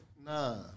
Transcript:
Nah